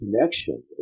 connection